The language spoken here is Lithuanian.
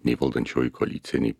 nei valdančioji koalicija nei